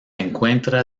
encuentra